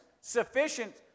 sufficient